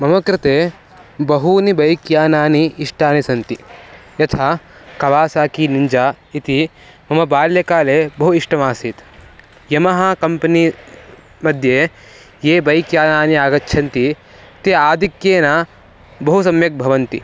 मम कृते बहूनि बैक्यानानि इष्टानि सन्ति यथा कवासाकी निञ्जा इति मम बाल्यकाले बहु इष्टमासीत् यमः कम्पनीमध्ये ये बैक्यानानि आगच्छन्ति ते आधिक्येन बहु सम्यक् भवन्ति